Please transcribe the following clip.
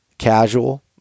Casual